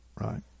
right